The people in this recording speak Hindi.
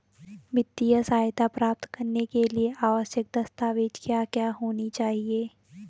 वित्तीय सहायता प्राप्त करने के लिए आवश्यक दस्तावेज क्या क्या होनी चाहिए?